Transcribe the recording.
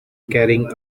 carrying